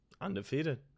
Undefeated